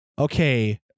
Okay